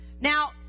Now